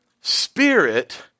spirit